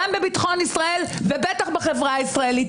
גם בביטחון ישראל ובטח בחברה הישראלית?